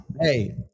Hey